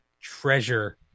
treasure